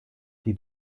die